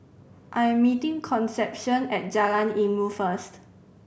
I am meeting Concepcion at Jalan Ilmu first